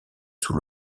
sous